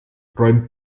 räumt